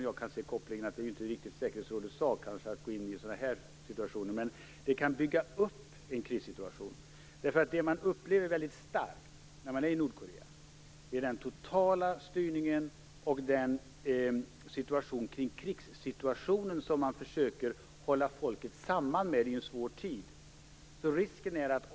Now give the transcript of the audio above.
Jag inser visserligen att det kanske inte är säkerhetsrådets uppgift att gå in i sådana här situationer, men en krissituation kan komma att byggas upp. Något som man starkt upplever när man är i Nordkorea är den totala styrningen och kopplingen till krigssituationen, som man försöker hålla folket samman med i en svår tid.